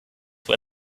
were